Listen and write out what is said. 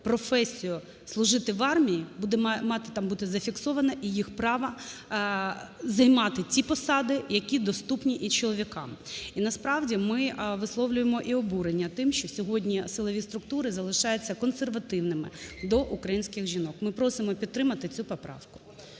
професію служити в армії, буде мати... там бути зафіксовано і їх право займати ті посади, які доступні і чоловікам. І насправді ми висловлюємо і обурення тим, що сьогодні силові структури залишаються консервативними до українських жінок. Ми просимо підтримати цю поправку.